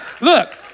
Look